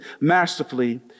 masterfully